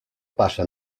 passa